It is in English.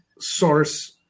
source